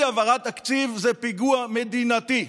אי-העברת תקציב זה פיגוע מדינתי.